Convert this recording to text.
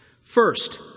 First